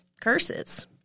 curses